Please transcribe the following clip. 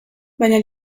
baina